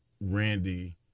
Randy